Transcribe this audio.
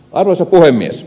arvoisa puhemies